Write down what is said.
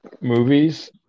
movies